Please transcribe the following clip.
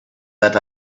that